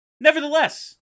Nevertheless